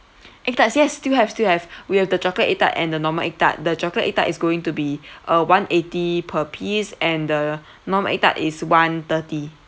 egg tarts yes still have still have we have the chocolate egg tart and the normal egg tart the chocolate egg tart is going to be uh one eighty per piece and the normal egg tart is one thirty